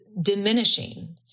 diminishing